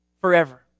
forever